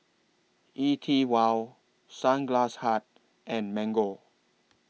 E TWOW Sunglass Hut and Mango